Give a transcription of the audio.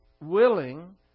willing